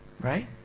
Right